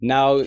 Now